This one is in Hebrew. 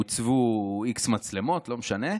הוצבו x מצלמות, לא משנה.